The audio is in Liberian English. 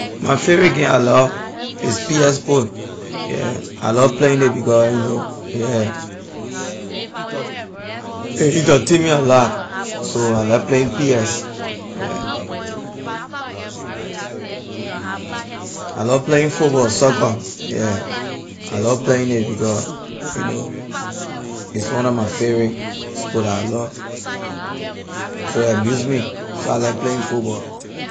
My favorite game I love is ps four yeah I love playing it because you know yeah it entertain me a lot so I like playing ps yeah I love playing football soccer yeah I love playing it because you know is one of my favorite sport la I love so a amuse me so I like playing football.